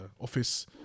office